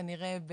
כנראה,